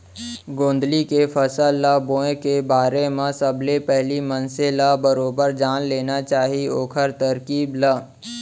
गोंदली के फसल ल बोए के बारे म सबले पहिली मनसे ल बरोबर जान लेना चाही ओखर तरकीब ल